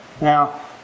Now